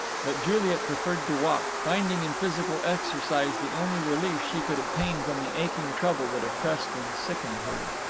but juliet preferred to walk, finding in physical exercise the only relief she could obtain from the aching trouble that oppressed and sickened her.